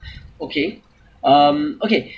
okay um okay